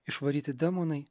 išvaryti demonai